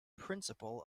principle